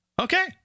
Okay